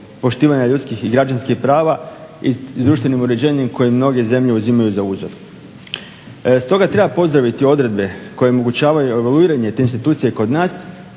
poštivanja ljudskih i građanskih prava i društvenim uređenjem koje mnoge zemlje uzimaju za uzor. Stoga treba pozdraviti odredbe koje omogućavaju evoluiranje te institucije kod nas